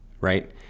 right